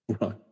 Right